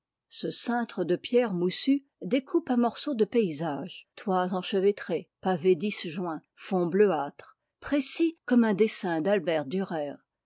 ce cintre de pierre moussue découpe un morceau de paysage toits enchevêtrés pavés disjoints fonds bleuâtres précis comme un dessin d'albert durer